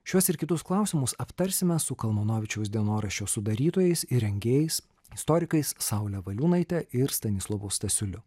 šiuos ir kitus klausimus aptarsime su kalmanovičiaus dienoraščio sudarytojais ir rengėjais istorikais saule valiūnaite ir stanislovu stasiuliu